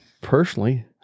personally